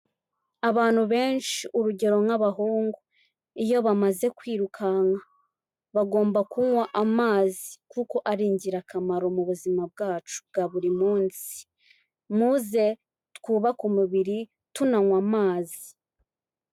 Abantu benshi, urugero nk'abahungu, iyo bamaze kwirukanka, bagomba kunywa amazi kuko ari ingirakamaro mu buzima bwacu bwa buri munsi. Muze twubake umubiri, tunanywa amazi.